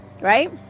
right